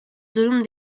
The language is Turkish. durum